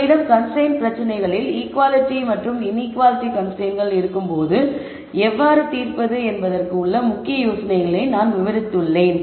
உங்களிடம் கன்ஸ்டரைன்ட் பிரச்சனைகளில் ஈகுவாலிட்டி மற்றும் இன்ஈகுவாலிட்டி கன்ஸ்டரைன்ட்கள் இருக்கும்போது எவ்வாறு தீர்ப்பது என்பதற்குப் உள்ள முக்கிய யோசனைகளை நான் விவரித்துள்ளேன்